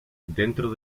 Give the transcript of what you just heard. dentro